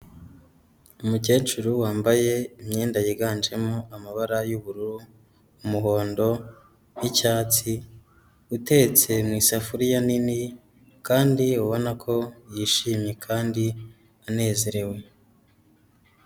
Umukecuru wambaye imyenda yiganjemo amabara y'ubururu, umuhondo n'icyatsi, utetse mu isafuriya nini kandi ubona ko yishimye kandi anezerewe.